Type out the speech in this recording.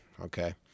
Okay